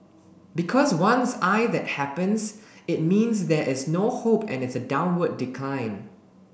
because once I that happens it means there is no hope and it's a downward decline